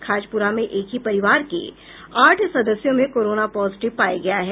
खाजपुरा में एक ही परिवार के आठ सदस्यों में कोरोना पॉजिटिव पाया गया है